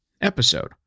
episode